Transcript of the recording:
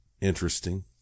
interesting